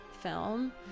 film